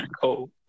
cold